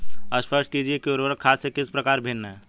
स्पष्ट कीजिए कि उर्वरक खाद से किस प्रकार भिन्न है?